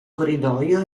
corridoio